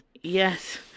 Yes